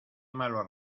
malos